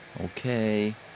Okay